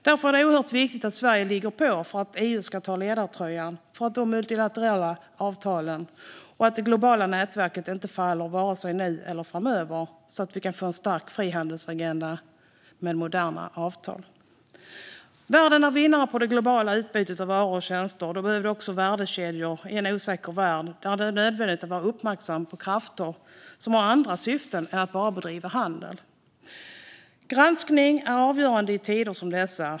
Därför är det oerhört viktigt att Sverige ligger på för att EU ska ta ledartröjan för att de multilaterala avtalen och det globala nätverket inte ska fallera vare sig nu eller framöver, så att vi kan få en stark frihandelsagenda med moderna avtal. Världen vinner på det globala utbytet av varor och tjänster. Därför behövs värdekedjor i en osäker värld där det är nödvändigt att vara uppmärksam på krafter som har andra syften än att bara bedriva handel. Granskning är avgörande i tider som dessa.